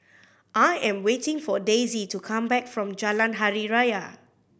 I am waiting for Daisie to come back from Jalan Hari Raya